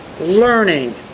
learning